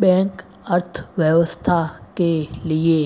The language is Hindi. बैंक अर्थव्यवस्था के लिए